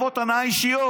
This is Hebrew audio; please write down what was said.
טובות הנאה אישיות.